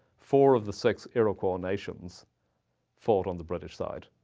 four of the six iroquois nations fought on the british side.